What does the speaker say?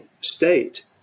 state